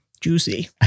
Juicy